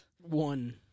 One